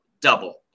double